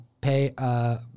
pay